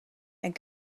and